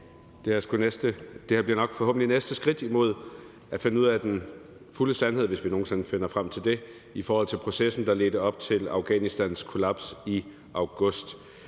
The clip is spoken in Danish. Det her bliver forhåbentlig næste skridt imod at finde frem til den fulde sandhed, hvis vi nogen sinde finder frem til den, i forhold til processen, der ledte op til Afghanistans kollaps i august.